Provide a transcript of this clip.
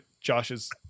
Josh's